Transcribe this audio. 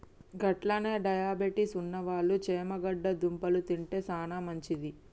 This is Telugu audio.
గట్లనే డయాబెటిస్ ఉన్నవాళ్ళు చేమగడ్డ దుంపలు తింటే సానా మంచిది